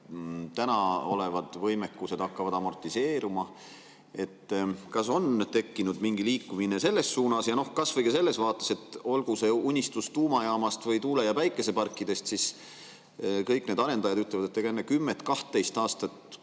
rajanevad võimsused hakkavad amortiseeruma. Kas on tekkinud mingi liikumine selles suunas? Seda kas või selles vaates, et olgu meil unistus tuumajaamast või tuule- ja päikeseparkidest, aga kõik need arendajad ütlevad, et ega enne 10–12 aastat